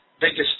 biggest